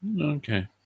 Okay